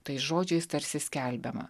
tais žodžiais tarsi skelbiama